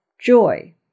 joy